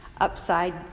upside